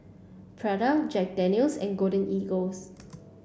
Prada Jack Daniel's and Golden Eagle